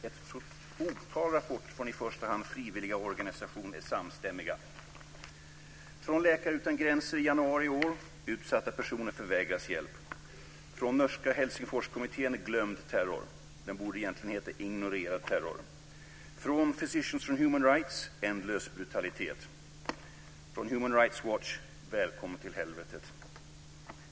Ett otal rapporter från i första hand frivilligorganisationer är samstämmiga. Gömd terror. Den borde egentligen heta Ignorerad terror. Från Physicians for Human Rights kom rapporten Ändlös brutalitet. Från Human Rights Watch kom rapporten Välkommen till helvetet.